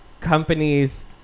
companies